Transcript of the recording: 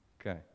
Okay